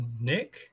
Nick